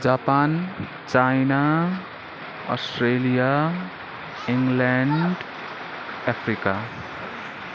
Japan China Australia England Africa